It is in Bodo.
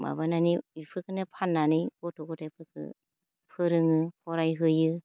माबानानै इफोरखोनो फाननानै गथ' गथाइफोरखो फोरोङो फराय होयो